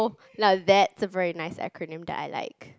now that's a very nice acronym that I like